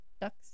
ducks